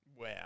Wow